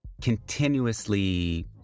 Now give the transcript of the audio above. continuously